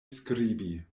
skribi